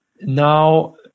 now